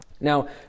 Now